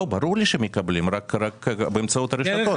לא, ברור לי שהם מקבלים, רק באמצעות הרשתות.